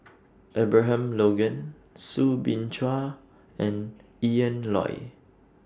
Abraham Logan Soo Bin Chua and Ian Loy